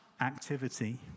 activity